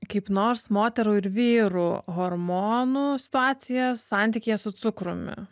kaip nors moterų ir vyrų hormonų situacija santykyje su cukrumi